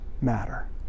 matter